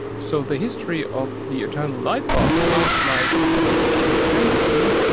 so the history of the eternal light bulb sounds like pure fantasy.